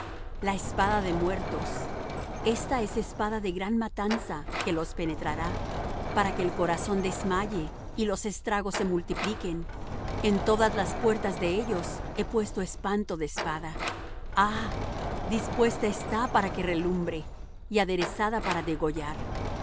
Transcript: la espada de muertos ésta es espada de gran matanza que los penetrará para que el corazón desmaye y los estragos se multipliquen en todas las puertas de ellos he puesto espanto de espada ah dispuesta está para que relumbre y aderezada para degollar